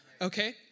Okay